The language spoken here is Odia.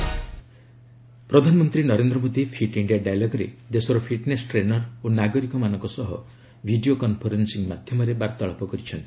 ପିଏମ୍ ଫିଟ୍ ଇଣ୍ଡିଆ ଡାଇଲଗ ପ୍ରଧାନମନ୍ତ୍ରୀ ନରେନ୍ଦ୍ର ମୋଦି ଫିଟ୍ ଇଣ୍ଡିଆ ଡାଇଲଗ୍ରେ ଦେଶର ଫିଟ୍ନେସ୍ ଟ୍ରେନର ଓ ନାଗରିକାମାନଙ୍କ ସହ ଭିଡ଼ିଓ କନ୍ଫରେନ୍ସିଂ ମାଧ୍ୟମରେ ବାର୍ତ୍ତାଳାପ କରିଛନ୍ତି